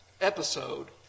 episode